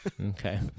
okay